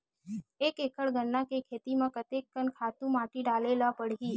एक एकड़ गन्ना के खेती म कते कन खातु माटी डाले ल पड़ही?